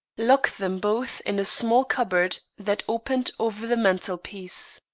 lock them both in a small cupboard that opened over the mantel-piece.